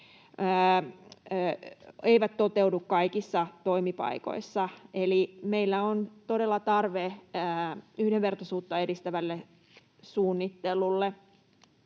eivät toteudu kaikissa toimipaikoissa. Eli meillä on todella tarve yhdenvertaisuutta edistävälle suunnittelulle.